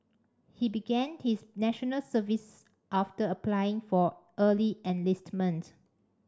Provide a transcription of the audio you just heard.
he began his National Service after applying for early enlistment